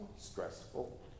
stressful